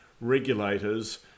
regulators